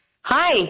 Hi